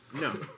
No